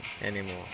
anymore